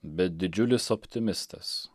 bet didžiulis optimistas